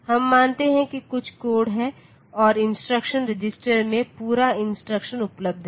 हम मानते हैं कि कुछ कोड है और इंस्ट्रक्शन रजिस्टर में पूरा इंस्ट्रक्शन उपलब्ध है